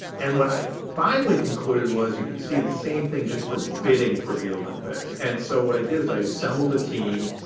and what i finally concluded was you could see the same thing just for bidding for the olympics. and so what i did was i assembled a team.